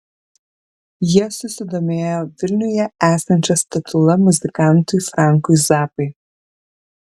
jie susidomėjo vilniuje esančia statula muzikantui frankui zappai